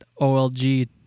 OLG